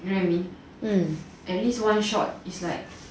you know what I mean at least one shot is like